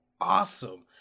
awesome